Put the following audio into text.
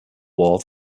war